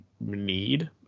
need